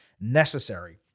necessary